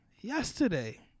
yesterday